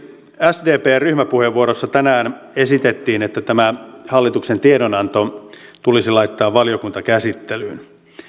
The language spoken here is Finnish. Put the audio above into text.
sdpn ryhmäpuheenvuorossa tänään esitettiin että tämä hallituksen tiedonanto tulisi laittaa valiokuntakäsittelyyn